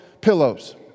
pillows